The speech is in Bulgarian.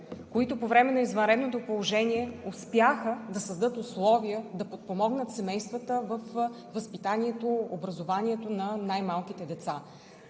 които по време на извънредното положение успяха да създадат условия, да подпомогнат семействата във възпитанието, образованието на най-малките деца.